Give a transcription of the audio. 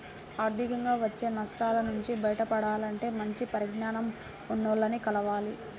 ఆర్థికంగా వచ్చే నష్టాల నుంచి బయటపడాలంటే మంచి పరిజ్ఞానం ఉన్నోల్లని కలవాలి